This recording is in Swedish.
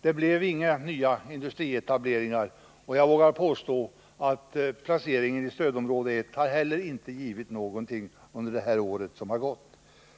Det blev inga nya industrietableringar, och jag vågar påstå att placeringen i stödområde 1 inte heller har givit någonting under det år som gått.